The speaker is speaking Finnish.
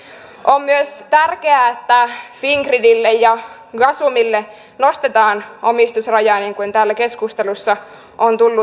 on myös tärkeää että fingridille ja gasumille nostetaan omistusrajaa niin kuin täällä keskustelussa on tullut esille